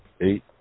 eight